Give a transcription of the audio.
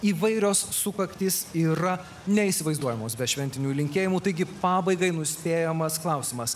įvairios sukaktys yra neįsivaizduojamos be šventinių linkėjimų taigi pabaigai nuspėjamas klausimas